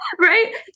Right